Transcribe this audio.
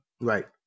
right